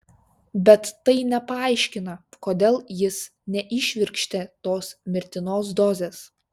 bet tai nepaaiškina kodėl jis neįšvirkštė tos mirtinos dozės